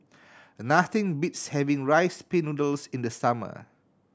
nothing beats having Rice Pin Noodles in the summer